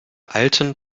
alten